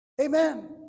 Amen